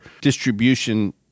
distribution